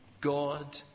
God